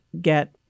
get